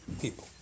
people